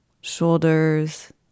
shoulders